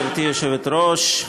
גברתי היושבת-ראש,